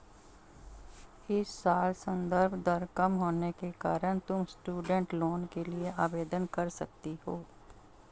इस साल संदर्भ दर कम होने के कारण तुम स्टूडेंट लोन के लिए आवेदन कर सकती हो